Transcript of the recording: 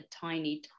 tiny